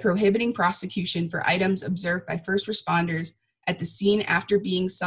prohibiting prosecution for items observed by st responders at the scene after being s